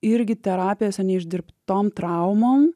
irgi terapijos neišdirbtos traumom